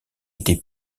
été